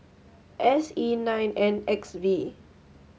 S E nine N X V